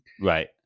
right